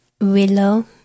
Willow